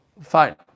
Fine